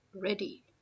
ready